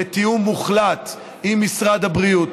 לתיאום מוחלט עם משרד הבריאות,